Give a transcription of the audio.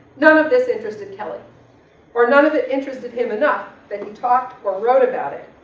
none of this interested kelly or none of it interested him enough that he talked or wrote about it.